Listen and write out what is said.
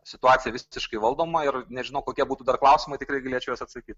situacija visiškai valdoma ir nežinau kokie būtų dar klausimai tikrai galėčiau į juos atsakyt